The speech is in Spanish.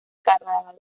carrara